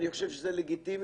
אני חושב שזה לגיטימי